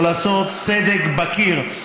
לעשות סדק בקיר,